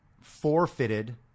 forfeited